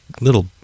little